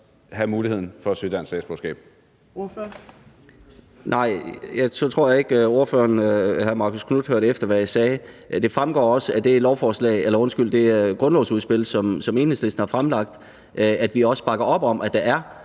Kl. 14:10 Peder Hvelplund (EL): Nej. Så tror jeg ikke, at hr. Marcus Knuth hørte efter, hvad jeg sagde. Det fremgår også af det grundlovsudspil, som Enhedslisten har fremlagt, at vi også bakker op om, at der er